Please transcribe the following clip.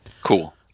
Cool